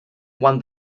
won